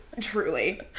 Truly